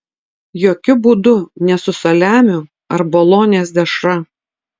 jokiu būdu ne su saliamiu ar bolonės dešra